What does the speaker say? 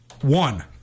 One